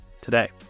today